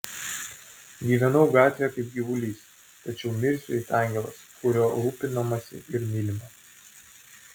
gyvenau gatvėje kaip gyvulys tačiau mirsiu it angelas kuriuo rūpinamasi ir mylima